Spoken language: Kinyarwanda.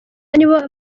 nibo